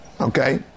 Okay